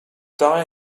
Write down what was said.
die